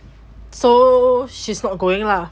so she's not going lah